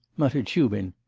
muttered shubin.